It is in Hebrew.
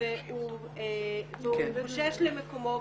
והוא חושש למקומו,